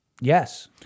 Yes